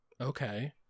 Okay